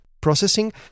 processing